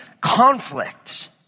conflict